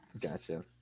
Gotcha